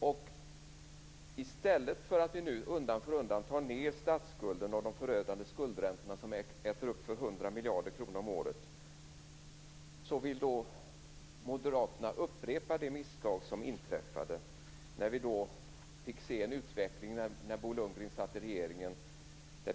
I stället för att vi nu undan för undan tar ned statsskulden och de förödande skuldräntorna, som äter upp för 100 miljarder kronor om året, vill nu Moderaterna upprepa det misstag som inträffade när Bo Lundgren satt i regeringen.